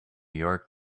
york